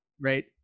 right